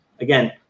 Again